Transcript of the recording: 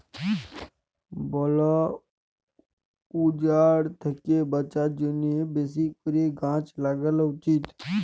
বল উজাড় থ্যাকে বাঁচার জ্যনহে বেশি ক্যরে গাহাচ ল্যাগালো উচিত